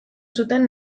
zuten